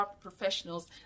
professionals